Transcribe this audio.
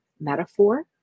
metaphor